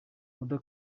author